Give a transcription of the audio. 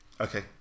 Okay